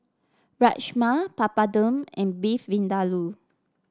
Rajma Papadum and Beef Vindaloo